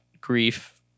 grief